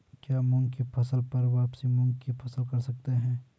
क्या मूंग की फसल पर वापिस मूंग की फसल कर सकते हैं?